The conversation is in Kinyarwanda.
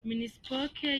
minispoc